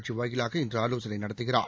காட்சி வாயிலாக இன்று ஆலோசனை நடத்துகிறார்